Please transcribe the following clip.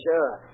Sure